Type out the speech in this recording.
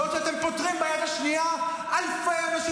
בעוד שאתם פוטרים ביד השנייה אלפי אנשים